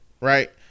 right